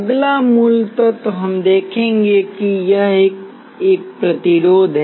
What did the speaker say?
अगला मूल तत्व हम देखेंगे कि यह एक प्रतिरोध है